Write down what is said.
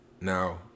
Now